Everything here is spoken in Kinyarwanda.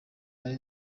ari